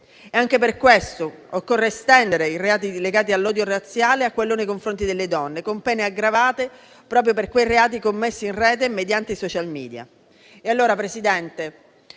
Anche per questo occorre estendere i reati legati all'odio razziale a quelli nei confronti delle donne, con pene aggravate proprio per quei reati commessi in rete mediante *social media*.